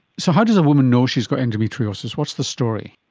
so how does a woman know she's got endometriosis? what's the story?